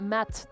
Matt